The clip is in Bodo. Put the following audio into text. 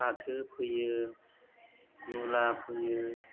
फाथो फोयो मुला फोयो